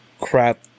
crap